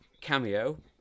cameo